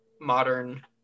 modern